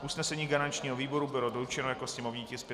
Usnesení garančního výboru bylo doručeno jako sněmovní tisk 581/3.